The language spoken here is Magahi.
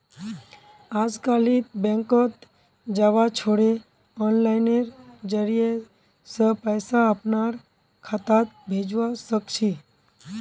अजकालित बैंकत जबा छोरे आनलाइनेर जरिय स पैसा अपनार खातात भेजवा सके छी